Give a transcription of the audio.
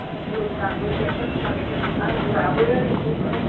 आंगुरबाबो आंगुराबो बिदिनो